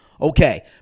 okay